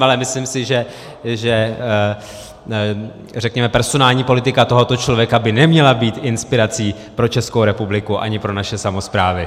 Ale myslím si, že personální politika tohoto člověka by neměla být inspirací pro Českou republiku ani pro naše samosprávy.